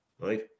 right